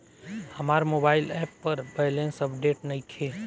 हमार mobile app पर balance update नइखे